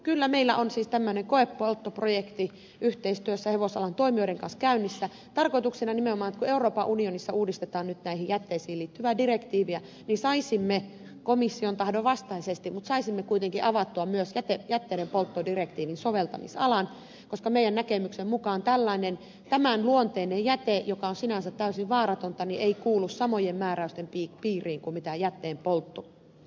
kyllä meillä on siis tämmöinen koepolttoprojekti yhteistyössä hevosalan toimijoiden kanssa käynnissä tarkoituksena nimenomaan kun euroopan unionissa uudistetaan nyt näihin jätteisiin liittyvää direktiiviä että saisimme komission tahdon vastaisesti mutta saisimme kuitenkin avattua myös jätteidenpolttodirektiivin soveltamisalan koska meidän näkemyksemme mukaan tämän luonteinen jäte joka on sinänsä täysin vaaratonta ei kuulu samojen määräysten piirin kuin jätteenpoltto